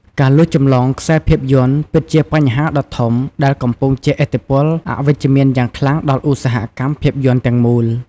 ការលួចចម្លងខ្សែភាពយន្តពិតជាបញ្ហាដ៏ធំដែលកំពុងជះឥទ្ធិពលអវិជ្ជមានយ៉ាងខ្លាំងដល់ឧស្សាហកម្មភាពយន្តទាំងមូល។